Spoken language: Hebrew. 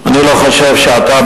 אני לא חושב שעתה,